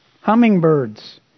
Hummingbirds